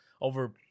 over